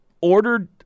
ordered